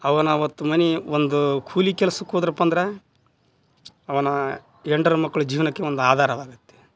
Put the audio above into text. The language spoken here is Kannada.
ಅವನ ಆವತ್ತು ಮನೆ ಒಂದು ಕೂಲಿ ಕೆಲಸಕ್ಕೆ ಹೋದ್ರಪ್ಪಂದ್ರ ಅವನ ಹೆಂಡ್ರು ಮಕ್ಕಳ ಜೀವನಕ್ಕೆ ಒಂದು ಆಧಾರವಾಗುತ್ತೆ